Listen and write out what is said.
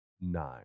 Nine